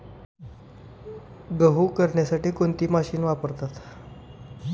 गहू करण्यासाठी कोणती मशीन वापरतात?